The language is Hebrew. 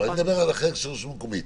אני מדבר על החלק של רשות מקומית.